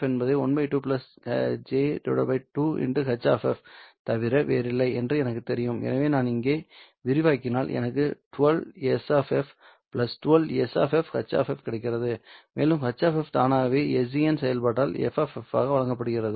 H தவிர வேறில்லை என்று எனக்குத் தெரியும் எனவே நான் இங்கே விரிவாக்கினால் எனக்கு 12 S 12 S H கிடைக்கிறது மேலும் H தானாகவே sgn செயல்பாட்டால் f ஆக வழங்கப்படுகிறது